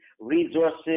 resources